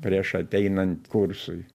prieš ateinant kursui